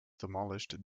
demolished